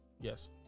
Yes